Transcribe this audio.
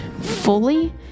fully